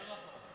לא נכון.